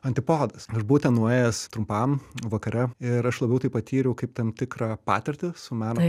antipodas aš buvau ten nuėjęs trumpam vakare ir aš labiau tai patyriau kaip tam tikrą patirtį su meno